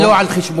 זה לא על חשבונך,